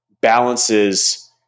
balances